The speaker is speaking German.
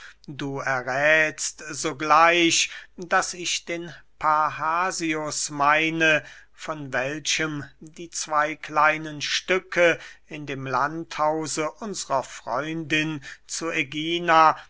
du erräthst sogleich daß ich den parrhasius meine von welchem die zwey kleinen stücke in dem landhause unsrer freundin zu ägina